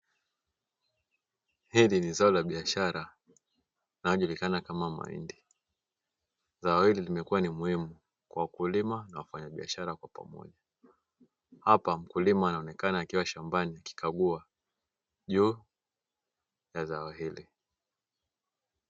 Hili ni zao la biashara linalojulikana kama mahindi, zao hili limekuwa ni muhimu kwa mkulima na mfanyabiashara kwa ujumla. Hapa mkulima anaonekana akiwa shambani akikagua juu ya zao hili.